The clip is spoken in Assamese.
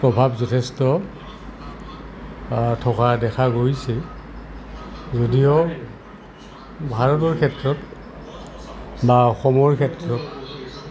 প্ৰভাৱ যথেষ্ট থকা দেখা গৈছে যদিও ভাৰতৰ ক্ষেত্ৰত বা অসমৰ ক্ষেত্ৰত